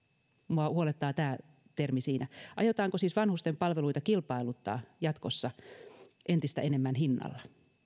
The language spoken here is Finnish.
minua huolettaa tämä termi siinä aiotaanko siis vanhustenpalveluita kilpailuttaa jatkossa entistä enemmän hinnalla